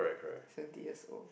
seventy years old